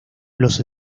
los